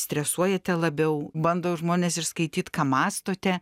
stresuojate labiau bando žmonės ir skaityt ką mąstote